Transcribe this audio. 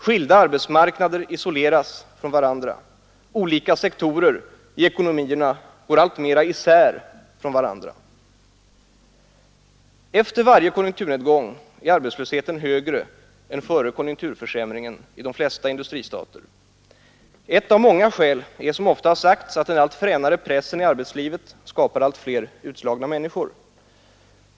Skilda arbetsmarknader isoleras från varandra. Olika sektorer i ekonomierna går alltmer isär från varandra. Efter varje konjunkturnedgång är i de flesta industristater arbetslösheten högre än före konjunkturförsämringen. Ett av många skäl ofta sagts att den allt fränare pressen i arbetslivet skapar allt fler utslagna människor.